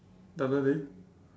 the other day